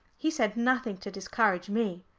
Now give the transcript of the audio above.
he said nothing to discourage me.